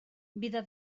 vida